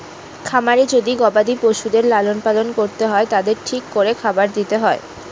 খামারে যদি গবাদি পশুদের লালন পালন করতে হয় তাদের ঠিক করে খেতে দিতে হবে